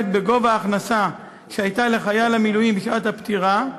בגובה ההכנסה שהייתה לחייל המילואים בשעת הפטירה,